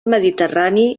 mediterrani